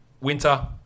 Winter